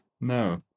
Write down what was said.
No